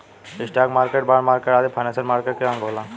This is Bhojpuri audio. स्टॉक मार्केट, बॉन्ड मार्केट आदि फाइनेंशियल मार्केट के अंग होला